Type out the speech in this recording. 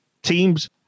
Teams